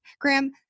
Graham